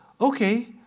Okay